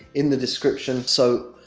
in the description. so,